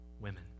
women